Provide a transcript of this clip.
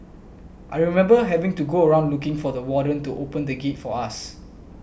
I remember having to go around looking for the warden to open the gate for us